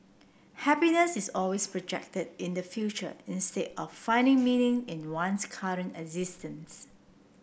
happiness is always projected in the future instead of finding meaning in one's current existence